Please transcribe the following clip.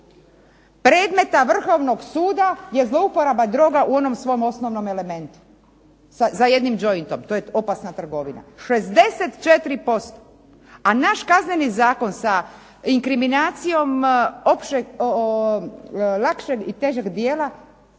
predmeta Vrhovnog suda je zlouporaba droga u onom svom osnovnom elementu? Za jednim jointom, to je opasna trgovina. 64%. A naš Kazneni zakon sa inkriminacijom lakšeg i težeg djela,